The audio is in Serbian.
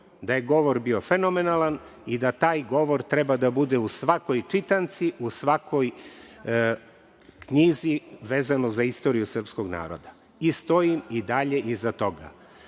da je govor bio fenomenalan i da taj govor treba da bude u svakoj čitanci, u svakoj knjizi vezno za istoriju srpskog naroda. I stojim i dalje iza toga. Šta